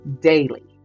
daily